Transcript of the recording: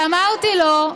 ואמרתי לו: